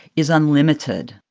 is unlimited.